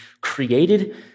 created